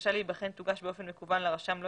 בקשה להיבחן תוגש באופן מקוון לרשם לא